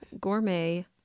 gourmet